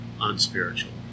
unspiritual